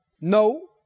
No